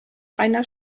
rainer